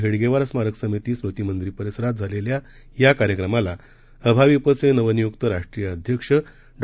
हेडगेवारस्मारकसमितीस्मृतीमंदिरपरिसरातझालेल्यायाकार्यक्रमालाअभाविपचेनवनियुक्तरा ष्ट्रीयअध्यक्षडॉ